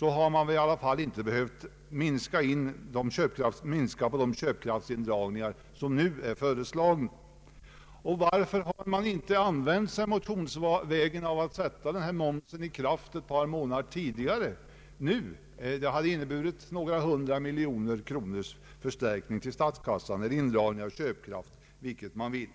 hade man i varje fall inte behövt minska den köpkraftsindragning som är föreslagen. Varför har man inte motionsvägen föreslagit att sätta momshöjningen i kraft ett par månader tidigare? Det hade inneburit några hundra miljoner kronors förstärkning till statskassan eller indragning av köpkraft — vilket man vill.